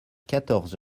quatorze